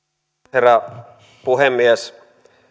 herra puhemies